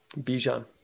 Bijan